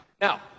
Now